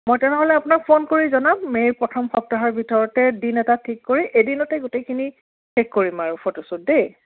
মই তেনেহ'লে আপোনাক ফোন কৰি জনাম মে'ৰ প্ৰথম সপ্তাহৰ ভিতৰতে দিন এটা ঠিক কৰি এদিনতে গোটেইখিনি শেষ কৰিম আৰু ফটোশ্বুট দেই